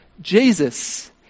Jesus